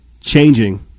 changing